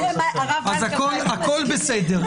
אז הכול בסדר.